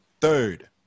Third